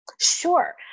Sure